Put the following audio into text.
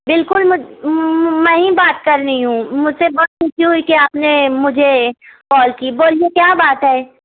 بالکل میں ہی بات کر رہی ہوں مجھے بہت خوشی ہوئی کہ آپ نے مجھے کال کی بولیے کیا بات ہے